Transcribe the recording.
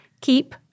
keep